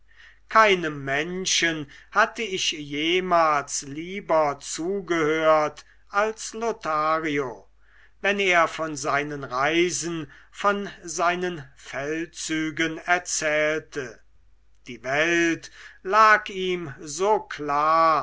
keinem menschen hatte ich jemals lieber zugehört als lothario wenn er von seinen reisen von seinen feldzügen erzählte die welt lag ihm so klar